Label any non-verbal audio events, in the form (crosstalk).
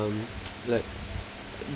(noise) like